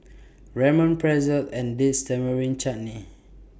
Ramen Pretzel and Dates Tamarind Chutney